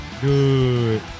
Good